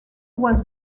was